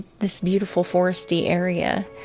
this beautiful forested area,